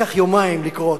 לקח יומיים לקרוא אותו,